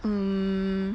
mm